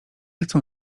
chcą